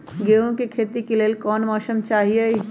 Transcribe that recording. गेंहू के खेती के लेल कोन मौसम चाही अई?